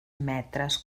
metres